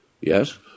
Yes